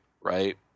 right